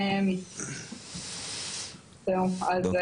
אז תודה.